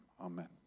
Amen